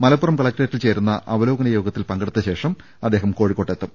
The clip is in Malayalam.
മലപ്പുറം കല ക്ടറേറ്റിൽ ചേരുന്ന അവലോകന യോഗത്തിൽ പങ്കെ ടുത്ത ശേഷം അദ്ദേഹം കോഴിക്കോട്ട് എത്തും